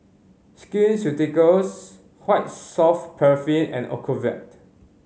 Skin Ceuticals White Soft Paraffin and Ocuvite